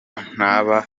ntaba